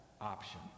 option